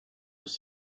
ist